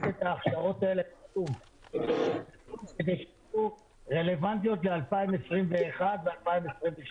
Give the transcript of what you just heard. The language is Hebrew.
את ההכשרות האלה כדי שיהיו רלוונטיות ל-2021 ול-2022.